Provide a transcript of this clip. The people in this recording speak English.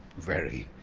very.